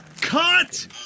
Cut